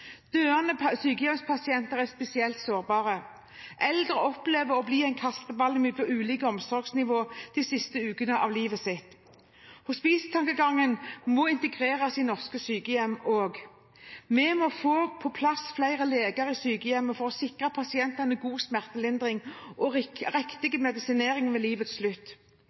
hjemkommunen. Døende sykehjemspasienter er spesielt sårbare. Eldre opplever å bli kasteball mellom ulike omsorgsnivåer de siste ukene av sitt liv. Hospice-tankegangen må integreres i norske sykehjem. Vi må få på plass flere leger i sykehjemmene for å sikre pasientene god smertelindring og riktig medisinering ved livets slutt.